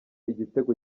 igitego